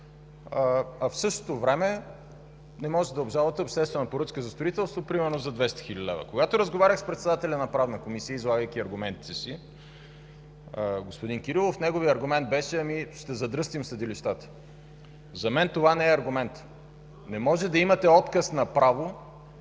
а в същото време не може да обжалвате обществена поръчка за строителство примерно за 200 хил. лв. Когато разговарях с Председателя на Комисията по правни въпроси, излагайки аргументите си – господин Кирилов, неговият аргумент беше: „Ами, ще задръстим съдилищата”. За мен това не е аргумент. Не може да имате отказ на право